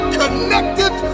connected